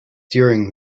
during